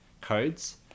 codes